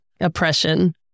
oppression